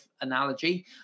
analogy